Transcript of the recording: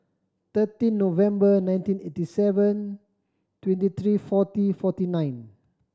thirteen November nineteen eighty seven twenty three forty forty nine